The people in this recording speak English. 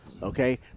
Okay